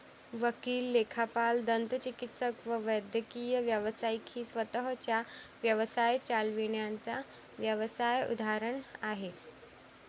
वकील, लेखापाल, दंतचिकित्सक व वैद्यकीय व्यावसायिक ही स्वतः चा व्यवसाय चालविणाऱ्या व्यावसाय उदाहरण आहे